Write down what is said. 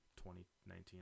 2019